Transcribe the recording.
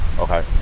okay